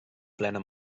plena